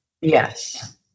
Yes